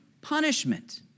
punishment